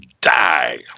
die